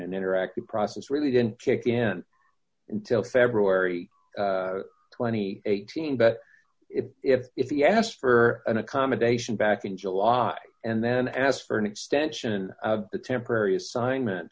an interactive process really didn't kick in until february th scene but if if if he asked for an accommodation back in july and then asked for an extension of the temporary assignment